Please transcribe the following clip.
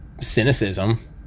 cynicism